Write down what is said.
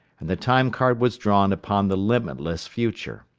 and the time-card was drawn upon the limitless future.